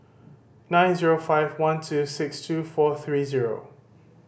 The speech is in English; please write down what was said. nine zero five one two six two four three zero